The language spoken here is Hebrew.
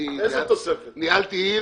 ניהלתי עיר